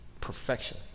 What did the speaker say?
perfection